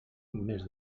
més